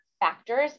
factors